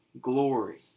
glory